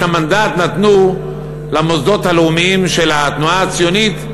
את המנדט נתנו למוסדות הלאומיים של התנועה הציונית,